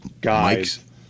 guys